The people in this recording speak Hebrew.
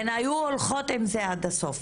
הן היו הולכות עם זה הלאה עד הסוף.